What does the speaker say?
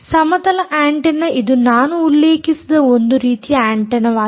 ಸಮತಲ ಆಂಟೆನ್ನ ಇದು ನಾನು ಉಲ್ಲೇಖಿಸಿದ ಒಂದು ರೀತಿಯ ಆಂಟೆನ್ನವಾಗಿದೆ